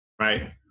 Right